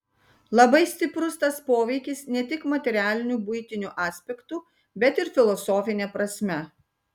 labai stiprus tas poveikis ne tik materialiniu buitiniu aspektu bet ir filosofine prasme